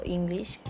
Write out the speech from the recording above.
English